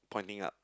pointing up